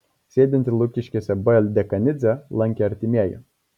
sėdintį lukiškėse b dekanidzę lankė artimieji